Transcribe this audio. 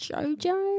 Jojo